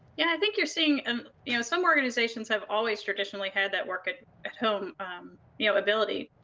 yeah, i think you're seeing and you know some organizations have always traditionally had that work at at home you know ability.